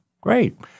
great